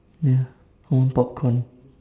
ya want popcorn